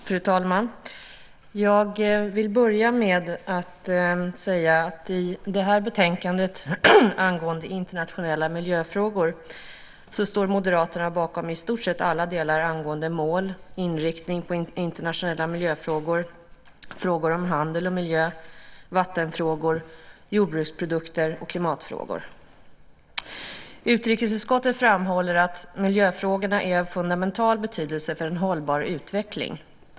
Fru talman! Jag vill börja med att säga att i det här betänkandet angående internationella miljöfrågor står Moderaterna bakom i stort sett alla delar angående mål, inriktning, internationella miljöfrågor, frågor om handel och miljö, vattenfrågor, jordbruksprodukter och klimatfrågor. Utrikesutskottet framhåller att miljöfrågorna är av fundamental betydelse för en hållbar utveckling.